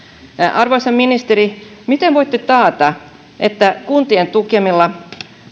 arvoisa ministeri miten voitte taata että kuntien tukemilla